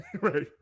right